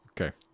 Okay